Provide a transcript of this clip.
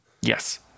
Yes